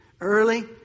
early